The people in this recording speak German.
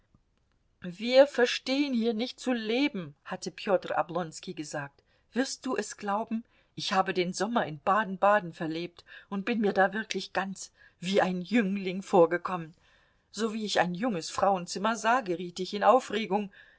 wir verstehen hier nicht zu leben hatte peter oblonski gesagt wirst du es glauben ich habe den sommer in baden-baden verlebt und bin mir da wirklich ganz wie ein jüngling vorgekommen sowie ich ein junges frauenzimmer sah geriet ich in aufregung